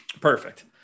Perfect